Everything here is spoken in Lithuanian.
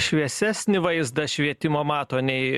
šviesesnį vaizdą švietimo mato nei